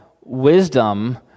wisdom